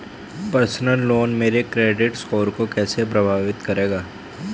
Personal loan मेरे credit score को कैसे प्रभावित करेगा?